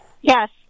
Yes